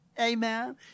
Amen